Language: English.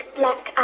black